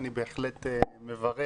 אני בהחלט מברך